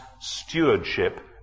stewardship